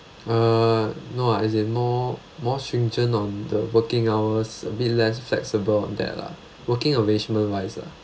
uh no lah as in more more stringent on the working hours a bit less flexible on that lah working arrangement wise lah